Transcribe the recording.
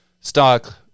stock